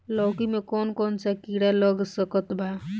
लौकी मे कौन कौन सा कीड़ा लग सकता बा?